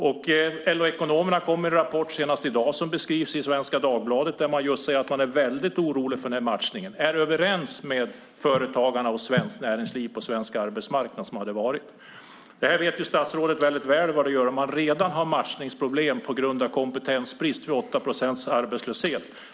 LO-ekonomerna kom senast i dag med en rapport som beskrivs i Svenska Dagbladet. Man säger att man är väldigt orolig för matchningen och är överens med Företagarna och Svenskt Näringsliv. Statsrådet vet mycket väl vad detta gör om man redan har matchningsproblem på grund av kompetensbrist vid 8 procents arbetslöshet.